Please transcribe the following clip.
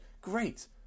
great